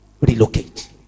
Relocate